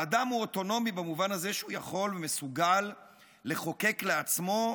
האדם הוא אוטונומי במובן הזה שהוא יכול ומסוגל לחוקק לעצמו,